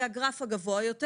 זה הגרף הגבוה יותר.